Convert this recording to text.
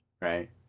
right